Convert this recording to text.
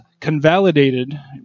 Convalidated